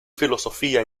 filosofía